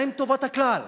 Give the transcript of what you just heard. מה עם טובת הכלל?